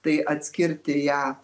tai atskirti ją